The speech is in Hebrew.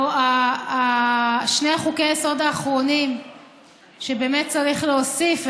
שני חוקי היסוד האחרונים שבאמת צריך להוסיף,